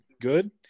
good